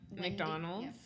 McDonald's